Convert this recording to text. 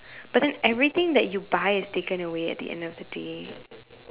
but then everything that you buy is taken away at the end of the day